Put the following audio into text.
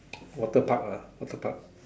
water Park lah water Park